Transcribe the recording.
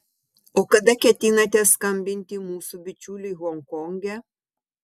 o kada ketinate skambinti mūsų bičiuliui honkonge